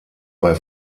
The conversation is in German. bei